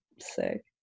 sick